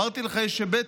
אמרתי לך: יש היבט,